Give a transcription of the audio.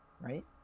right